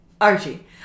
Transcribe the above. Archie